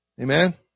Amen